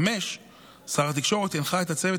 היו חמישה דגלים שחולקו על ידי הצבא